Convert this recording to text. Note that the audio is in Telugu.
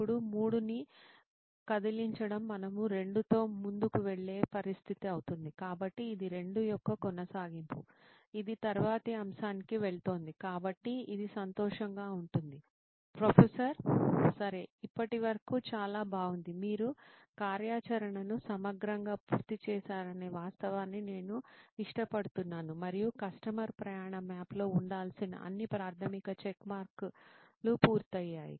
ఇప్పుడు 3 ని కదిలించడం మనం 2 తో ముందుకు వెళ్లే పరిస్థితి అవుతుంది కాబట్టి ఇది 2 యొక్క కొనసాగింపు ఇది తరువాతి అంశానికి వెళుతోంది కాబట్టి ఇది సంతోషంగా ఉంటుంది ప్రొఫెసర్ సరే ఇప్పటివరకు చాలా బాగుంది మీరు కార్యాచరణను సమగ్రంగా పూర్తి చేశారనే వాస్తవాన్ని నేను ఇష్టపడుతున్నాను మరియు కస్టమర్ ప్రయాణ మ్యాప్లో ఉండాల్సిన అన్ని ప్రాథమిక చెక్మార్క్లు పూర్తయ్యాయి